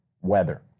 weather